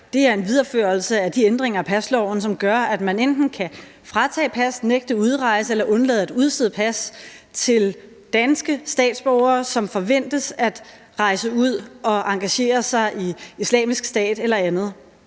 her, er en videreførelse af de ændringer af pasloven, som gør, at man enten kan fratage et pas, nægte udrejse eller undlade at udstede et pas til danske statsborgere, som forventes at rejse ud og engagere sig i Islamisk Stat eller andet.